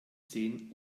zehn